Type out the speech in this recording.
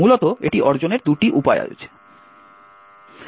মূলত এটি অর্জনের দুটি উপায় রয়েছে